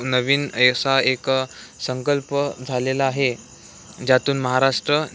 नवीन असा एक संकल्प झालेला आहे ज्यातून महाराष्ट्र